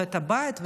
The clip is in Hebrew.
את הבית,